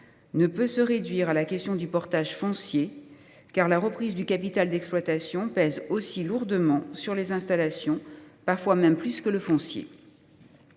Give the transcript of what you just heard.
ne peut se réduire à la question du portage foncier, car la reprise du capital d’exploitation pèse aussi lourdement sur les installations, parfois même plus que le foncier.